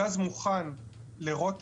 הגז מוכן ל --,